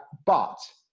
but,